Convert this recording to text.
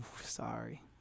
sorry